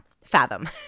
fathom